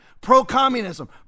pro-communism